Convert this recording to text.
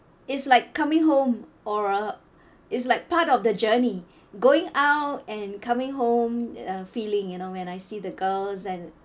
it's like coming home or uh is like part of the journey going out and coming home uh feeling you know when I see the girls and